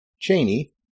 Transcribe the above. Cheney